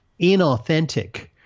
inauthentic